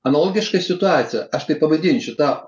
analogiška situacija aš tai pavadinčiu tą